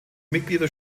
mitglieder